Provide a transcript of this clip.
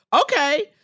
okay